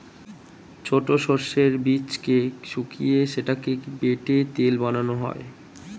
ছোট সর্ষের বীজকে শুকিয়ে সেটাকে বেটে তেল বানানো হয়